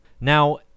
Now